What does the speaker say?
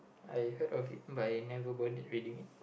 I heard of it but I've never bothered reading